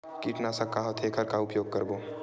कीटनाशक का होथे एखर का उपयोग करबो?